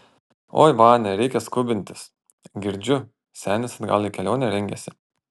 oi vania reikia skubintis girdžiu senis atgal į kelionę rengiasi